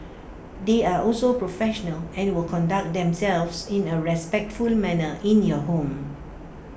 they are also professional and will conduct themselves in A respectful manner in your home